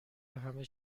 همه